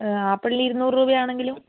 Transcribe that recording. ആപ്പിളിന് ഇരുന്നൂറ് രൂപയാണെങ്കിലും